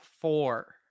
four